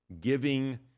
giving